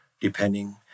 depending